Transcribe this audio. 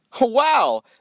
Wow